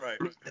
right